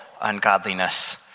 ungodliness